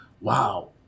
wow